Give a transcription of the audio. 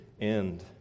end